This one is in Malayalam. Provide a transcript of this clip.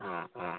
ആ ആ